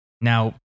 Now